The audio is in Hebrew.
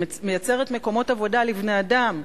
ומייצרת מקומות עבודה לבני-אדם.